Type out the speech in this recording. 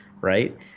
right